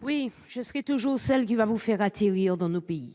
vote. Je serai toujours celle qui vous fait atterrir dans nos pays,